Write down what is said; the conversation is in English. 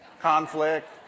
conflict